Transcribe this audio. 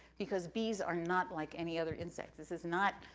because bees are not like any other insect. this is not,